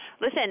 Listen